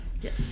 Yes